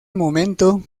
momento